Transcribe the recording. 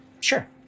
Sure